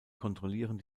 kontrollieren